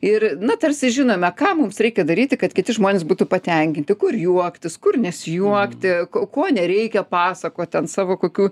ir na tarsi žinome ką mums reikia daryti kad kiti žmonės būtų patenkinti kur juoktis kur nesijuokti ko nereikia pasakot ten savo kokių